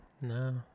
no